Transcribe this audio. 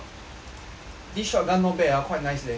this shotgun not bad ah quite nice leh